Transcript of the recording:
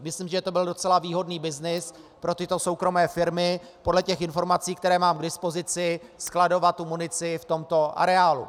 Myslím, že to byl docela výhodný byznys pro tyto soukromé firmy podle informací, které mám k dispozici, skladovat munici v tomto areálu.